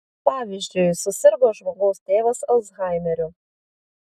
pavyzdžiui susirgo žmogaus tėvas alzhaimeriu